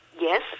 Yes